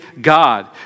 God